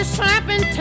slapping